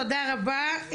תודה רבה,